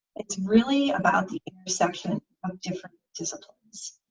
it's really about the intersection of different disciplines.